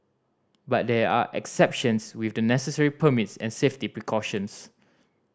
but there are exceptions with the necessary permits and safety precautions